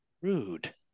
rude